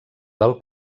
del